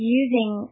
using